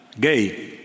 gay